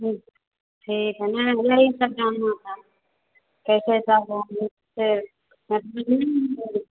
ठीक ठीक है ना यही सब जानना था कैसा वैसा होंगे तो